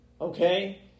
Okay